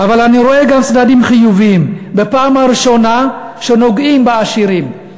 אבל אני רואה גם צדדים חיוביים: בפעם הראשונה נוגעים בעשירים,